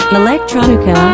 electronica